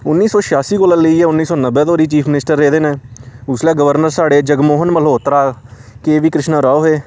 उन्नी सौ छेआासी कोला लेइयै उन्नी सौ नब्बै धोड़ी चीफ मिनिस्टर रेह्दे न उसलै गवर्नर साढ़े जगमोहन मल्होत्रा के बी कृष्णा राव हे